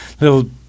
little